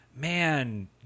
man